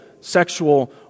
sexual